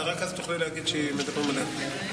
ורק אז תוכלי להגיד שמדברים עליה.